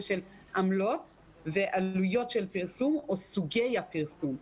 של עמלות ועלויות של פרסום או סוגי הפרסום.